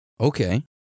Okay